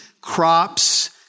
crops